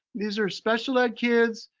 these are special ed kids.